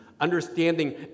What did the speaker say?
understanding